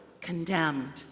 condemned